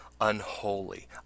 unholy